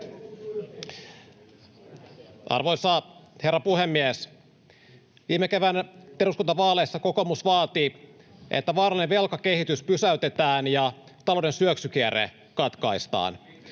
Arvoisa herra puhemies! Viime kevään eduskuntavaaleissa kokoomus vaati, että vaarallinen velkakehitys pysäytetään ja talouden syöksykierre katkaistaan.